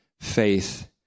faith